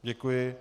Děkuji.